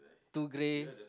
too grey